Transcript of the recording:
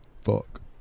fuck